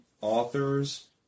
authors